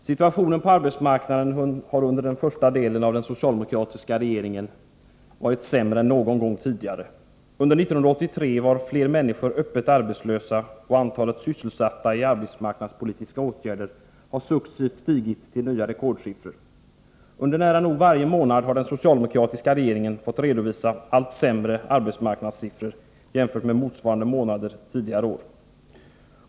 Herr talman! Situationen på arbetsmarknaden har under den första delen av den socialdemokratiska regeringsperioden varit sämre än någon gång tidigare. Under 1983 var fler människor än någonsin öppet arbetslösa, och antalet sysselsatta i arbetsmarknadspolitiska åtgärder har successivt stigit till nya rekordsiffror. Under nära nog varje månad har den socialdemokratiska regeringen fått redovisa allt sämre arbetsmarknadssiffror jämfört med motsvarande månader tidigare år.